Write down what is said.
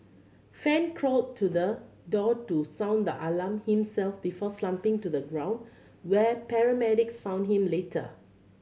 fan crawled to the door to sound the alarm himself before slumping to the ground where paramedics found him later